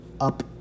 up